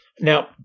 Now